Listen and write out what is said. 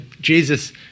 Jesus